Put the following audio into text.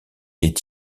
est